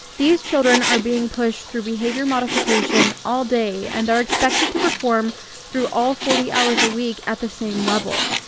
these children are being pushed through behavior modification all day and are expected to perform through all forty hours a week at the same level.